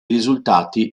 risultati